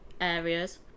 areas